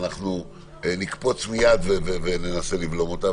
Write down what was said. אנחנו נקפוץ מיד וננסה לבלום אותה.